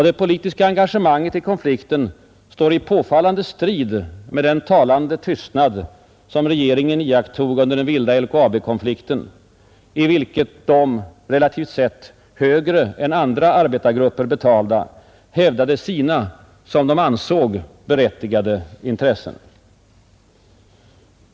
Det politiska engagemanget i konflikten står i påfallande strid med den talande tystnad som regeringen iakttog under den vilda LKAB-konflikten, i vilken de relativt sett högre än andra arbetargrupper betalda hävdade sina — som de ansåg — berättigade intressen.